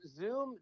Zoom